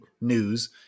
news